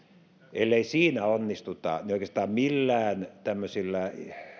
ellei siinä onnistuta niin oikeastaan millään tämmöisillä